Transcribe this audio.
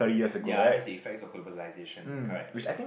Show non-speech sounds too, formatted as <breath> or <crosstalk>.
ya that's the effects of globalisation correct <breath>